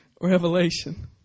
Revelation